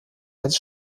als